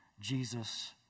Jesus